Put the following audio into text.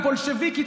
הבולשביקית,